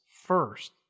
first